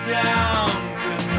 down